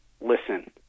listen